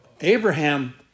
Abraham